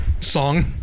song